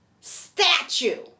Statue